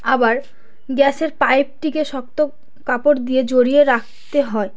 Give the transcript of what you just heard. আবার গ্যাসের পাইপটিকে শক্ত কাপড় দিয়ে জড়িয়ে রাখতে হয়